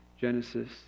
Genesis